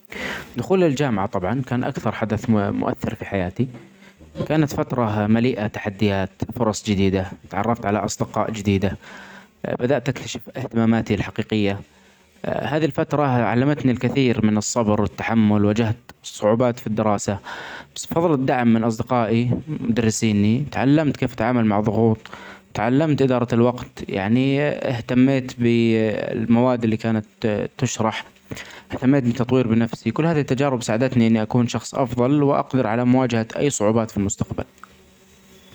دخول الجامعه طبعا كان اكثر حدث م-مؤثر في حياتي. وكانت فتره مليئه تحديات, فرص جديده اتعرفت علي اصدقاء جديده ,بدأت اكتشف اهتماماتي الحقيقيه .هذه الفتره علمتني الكثير من الصبر والتحمل وجهد صعوبات في الدراسه. الدعم من اصدقائي ومدرسيني تعلمت كيف اتعامل مع ضغوظ ,تعلمت اداره الوقت يعني اهتميت ب المواد اللي كانت ت-تشرح ,اهتميت بالتطوير بنفسي ,كل هذه التجارب ساعدتني اني اكون شخص افضل واقدر علي مواجهه اي صعوبات في المستقبل.